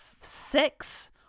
six